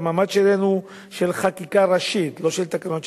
והמעמד שלהן הוא של חקיקה ראשית ולא של תקנות שעת-חירום.